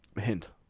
Hint